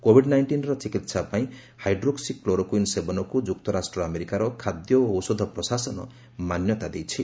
Covid ନାଇଷ୍ଟିନ୍ର ଚିକିତ୍ସା ପାଇଁ ହାଇଡ୍ରୋକ୍ସି କ୍ଲୋରୋକୁଇନ୍ ସେବନକୁ ଯୁକ୍ତରାଷ୍ଟ୍ର ଆମେରିକାର ଖାଦ୍ୟ ଓ ଔଷଧ ପ୍ରଶାସନ ମାନ୍ୟତା ଦେଇଛି